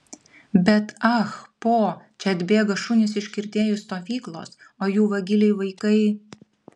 bet ah po čia atbėga šunys iš kirtėjų stovyklos o jų vagiliai vaikai